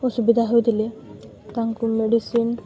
ଅସୁବିଧା ହୋଇଥିଲେ ତାଙ୍କୁ ମେଡ଼ିସିନ